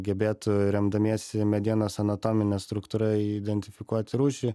gebėtų remdamiesi medienos anatomine struktūra identifikuoti rūšį